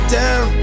down